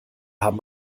haben